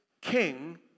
king